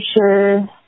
sure